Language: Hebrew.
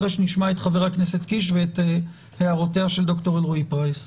אחרי שנשמע את חבר הכנסת קיש ואת הערותיה של ד"ר אלרעי פרייס.